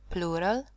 Plural